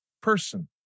person